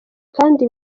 kandi